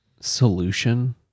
solution